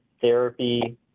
therapy